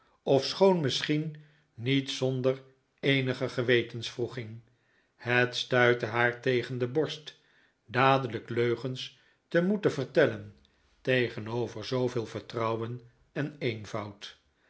ofschoon misschien niet zonder eenige gewetenswroeging het stuitte haar tegen de borst dadelijk leugens te moeten vertellen tegenover zooveel vertrouwen en eenvoud